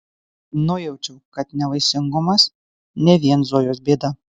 nujaučiau kad nevaisingumas ne vien zojos bėda